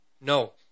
no